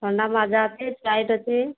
ଥଣ୍ଡା ମାଜା ଅଛିେ ସ୍ପ୍ରାଇଟ୍ ଅଛିି